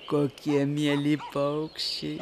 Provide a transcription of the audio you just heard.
kokie mieli paukščiai